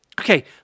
Okay